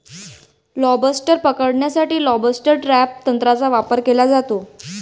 lobster पकडण्यासाठी lobster trap तंत्राचा वापर केला जातो